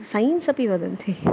science अपि वदन्ति